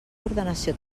ordenació